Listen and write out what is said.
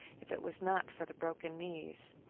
if it was not for the broken knees.